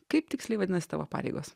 kaip tiksliai vadinasi tavo pareigos